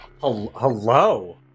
Hello